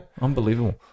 Unbelievable